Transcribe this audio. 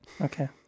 Okay